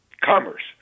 commerce